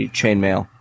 chainmail